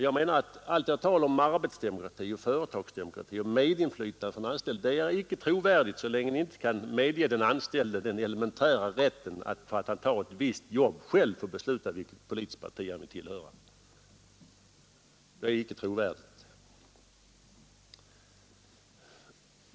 Jag menar att allt det tal om arbetsdemokrati, företagsdemokrati och medinflytande för den anställde inte är trovärdigt så länge ni inte kan medge den anställde den elementära rätten att, när han tar ett visst jobb, själv få besluta vilket politiskt parti han vill tillhöra. Det är inte trovärdigt!